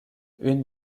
une